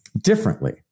differently